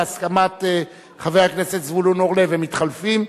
בהסכמת חבר הכנסת זבולון אורלב הם מתחלפים,